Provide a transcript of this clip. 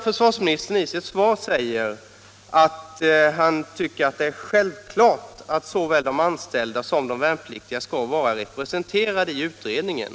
Försvarsministern säger i sitt svar att han tycker att det är självklart att såväl de anställda som de värnpliktiga skall vara representerade i utredningen.